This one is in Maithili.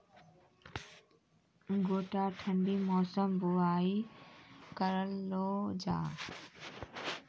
गोटा ठंडी मौसम बुवाई करऽ लो जा?